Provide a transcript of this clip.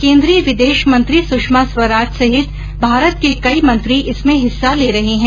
केन्द्रीय विदेश मंत्री सुषमा स्वराज सहित भारत के कई मंत्री इसमें हिस्सा ले रहे हैं